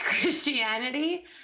Christianity